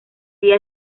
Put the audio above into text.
día